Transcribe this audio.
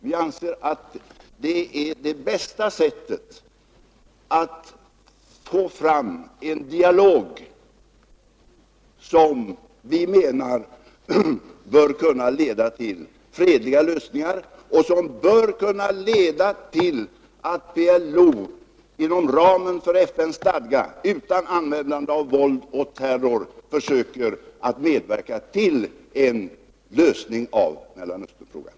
Vi anser att det är det bästa sättet att få fram en dialog, som bör kunna leda till att PLO inom ramen för FN:s stadga, utan användande av våld och terror, försöker medverka till en fredlig lösning av Mellanösternfrågan.